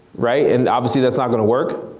right and obviously that's not gonna work,